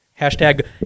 hashtag